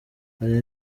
hari